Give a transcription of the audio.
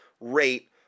rate